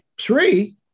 three